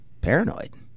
paranoid